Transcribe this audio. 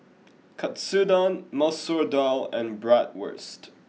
Katsudon Masoor Dal and Bratwurst